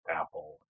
Apple